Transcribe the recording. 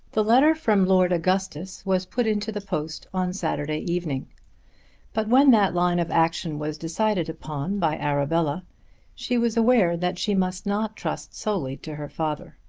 the letter from lord augustus was put into the post on saturday evening but when that line of action was decided upon by arabella she was aware that she must not trust solely to her father.